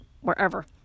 wherever